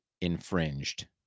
infringed